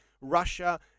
Russia